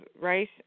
rice